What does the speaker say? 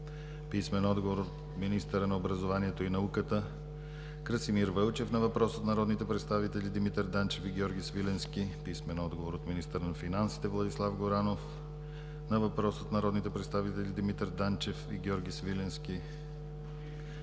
Свиленски; - министъра на образованието и науката Красимир Вълчев на въпрос от народните представители Димитър Данчев и Георги Свиленски; - министъра на финансите Владислав Горанов на въпрос от народните представители Димитър Данчев и Георги Свиленски;